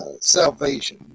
salvation